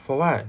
for what